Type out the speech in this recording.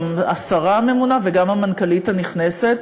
גם השרה הממונה וגם המנכ"לית הנכנסת.